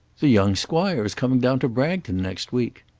the young squire is coming down to bragton next week.